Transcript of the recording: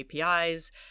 APIs